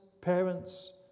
parents